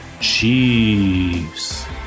Chiefs